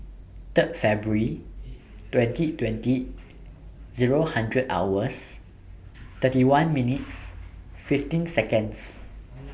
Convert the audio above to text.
Third February twenty twenty Zero hours thirty one minutes fifteen Seconds